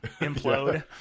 implode